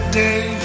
day